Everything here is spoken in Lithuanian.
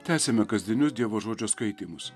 tęsiame kasdienius dievo žodžio skaitymus